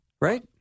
right